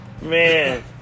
Man